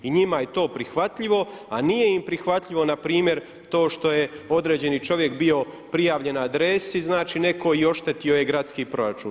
I njima je to prihvatljivo, a nije im prihvatljivo na primjer to što je određeni čovjek bio prijavljen na adresi znači nekoj i oštetio je gradski proračun.